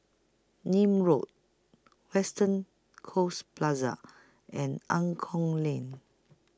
Nim Road Western Coast Plaza and Angklong Lane